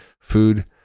food